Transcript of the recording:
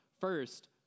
First